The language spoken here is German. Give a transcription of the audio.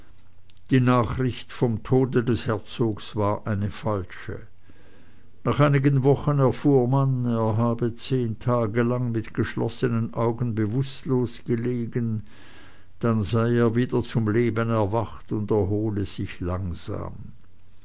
die nachricht vom tode des herzogs war eine falsche nach einigen wochen erfuhr man er habe zehn tage lang mit geschlossenen augen bewußtlos gelegen dann sei er wieder zum leben erwacht und erhole sich langsam